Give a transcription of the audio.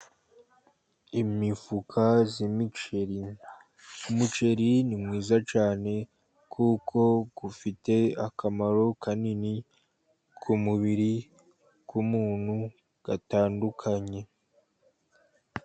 Imifuka y'imiceri, umuceri ni mwiza cyane kuko ufite akamaro kanini ku mubiri w'umuntu gatandukanye.